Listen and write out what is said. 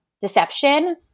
deception